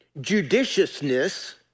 judiciousness